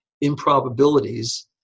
improbabilities